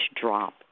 drop